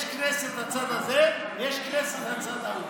יש כנסת לצד הזה ויש כנסת לצד ההוא.